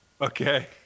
Okay